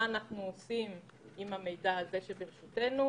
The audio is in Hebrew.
מה אנחנו עושים עם המידע שברשותנו,